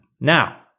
Now